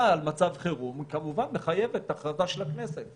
על מצב חירום כמובן מחייבת הכרזה של הכנסת.